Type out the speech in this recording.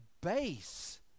base